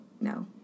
No